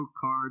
card